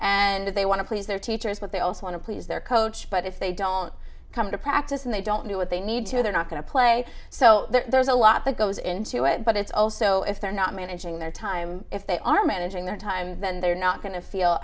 and they want to please their teachers but they also want to please their coach but if they don't come to practice and they don't know what they need to know they're not going to play so there's a lot that goes into it but it's also if they're not managing their time if they are managing their time then they're not going to feel